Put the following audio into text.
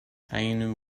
ainu